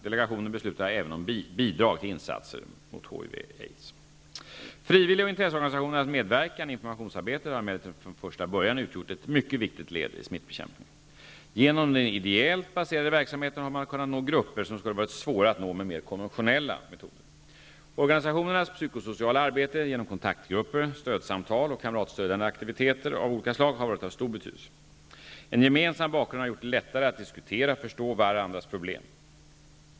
Delegationen beslutar även om bidrag till insatser mot HIV/aids. Frivillig och intresseorganisationernas medverkan i informationsarbetet har emellertid från första början utgjort ett mycket viktigt led i smittbekämpningen. Genom den ideellt baserade verksamheten har man kunnat nå grupper som skulle ha varit svåra att nå med mer konventionella metoder. Organisationernas psykosociala arbete genom kontaktgrupper, stödsamtal och kamratstödjande aktiviteter av olika slag har varit av stor betydelse. En gemensam bakgrund har gjort det lättare att diskutera och förstå varandras problem.